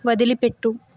వదిలిపెట్టు